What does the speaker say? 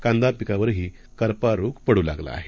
कांदा पिकांवरही करपा रोग पडु लागला आहे